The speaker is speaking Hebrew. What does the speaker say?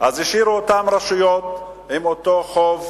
אז השאירו את אותן רשויות עם אותו חוב,